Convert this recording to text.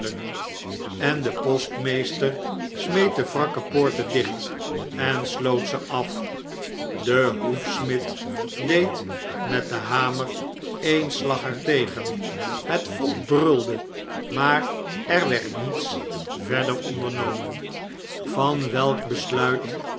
en de postmeester smeet de wrakke poorten dicht en sloot ze af de hoefsmid deed met den hamer e'en slag er tegen het volk brulde maar er werd niets verder ondernomen van welk besluit